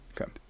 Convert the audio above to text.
Okay